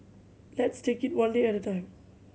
let's take it one day at a time